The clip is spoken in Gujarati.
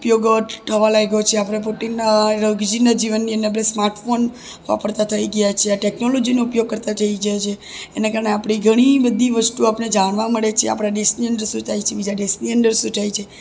ઉપયોગ થવા લાગ્યો છે આપણા પોતાના રોજીંદા જીવનની અંદર સ્માર્ટફોન વાપરતા થઈ ગયા છીએ ટેક્નોલોજીનો ઉપયોગ કરતાં થઈ ગયા છીએ એના કારણે આપણે ઘણી બધી વસ્તુઓ આપણે જાણવા મળે છે આપણા દેશની અંદર શું થાય છે બીજા દેશની અંદર શું થાય છે